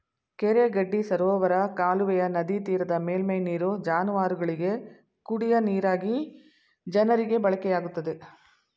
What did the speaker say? ಕೆರೆ ಗಡ್ಡಿ ಸರೋವರ ಕಾಲುವೆಯ ನದಿತೀರದ ಮೇಲ್ಮೈ ನೀರು ಜಾನುವಾರುಗಳಿಗೆ, ಕುಡಿಯ ನೀರಾಗಿ ಜನರಿಗೆ ಬಳಕೆಯಾಗುತ್ತದೆ